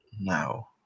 No